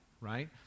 right